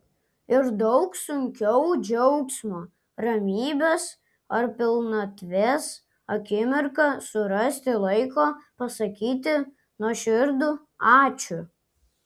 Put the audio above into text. ir daug sunkiau džiaugsmo ramybės ar pilnatvės akimirką surasti laiko pasakyti nuoširdų ačiū